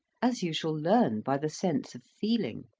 as you shall learn by the sense of feeling.